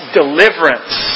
deliverance